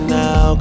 now